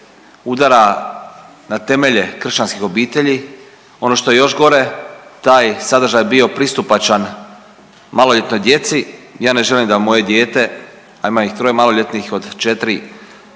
udara na temelje kršćanskih obitelji. Ono što je još gore taj sadržaj je bio pristupačan maloljetnoj djeci. Ja ne želim da moje dijete, a imam ih troje maloljetnih od 4,